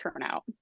turnout